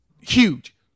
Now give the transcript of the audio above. Huge